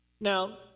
Now